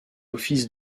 office